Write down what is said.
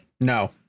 No